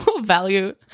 value